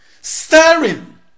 staring